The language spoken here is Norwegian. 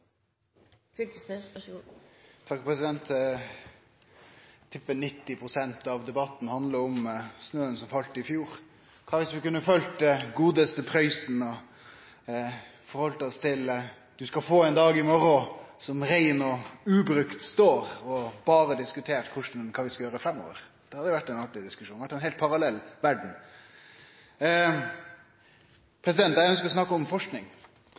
av debatten har handla om snøen som fall i fjor. Kva om vi kunne følgt godaste Prøysen og heldt oss til «Du skal få en dag i mårå som rein og ubrukt står», og berre diskutert kva vi skal gjere framover? Det hadde vore ein artig diskusjon. Det hadde vore ei heilt parallell verd. Eg ønskjer å snakke om